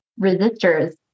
resistors